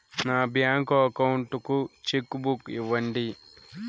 నా bank account కు cheque book ఇవ్వండి